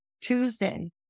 Tuesday